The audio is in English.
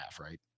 right